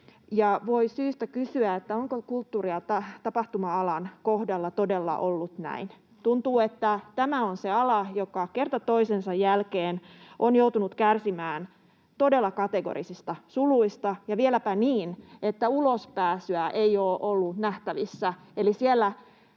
kysyä, onko kulttuuri- ja tapahtuma-alan kohdalla todella ollut näin. Tuntuu, että tämä on se ala, joka kerta toisensa jälkeen on joutunut kärsimään todella kategorisista suluista ja vieläpä niin, että ulospääsyä ei ole ollut nähtävissä.